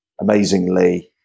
amazingly